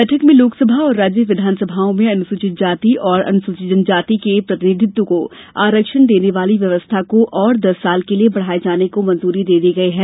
बैठक में लोकसभा और राज्य विधानसभाओं में अनुसूचित जाति और जनजाति के प्रतिनिधित्व को आरक्षण देने वाली व्यवस्था को और दस वर्ष के लिए बढ़ाए जाने को मंजूरी दे दी गई है